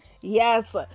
Yes